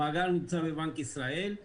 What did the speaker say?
המאגר נמצא בבנק ישראל,